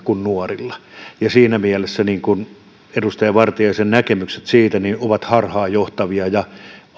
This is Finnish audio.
kuin nuorilla ja siinä mielessä edustaja vartiaisen näkemykset siitä ovat harhaanjohtavia ja